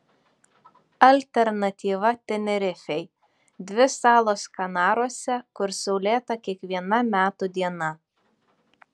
alternatyva tenerifei dvi salos kanaruose kur saulėta kiekviena metų diena